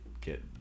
get